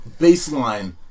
baseline-